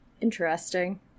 Interesting